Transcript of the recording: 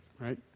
right